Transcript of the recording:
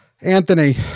Anthony